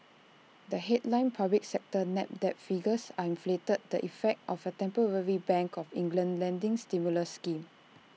the headline public sector net debt figures are inflated the effect of A temporary bank of England lending stimulus scheme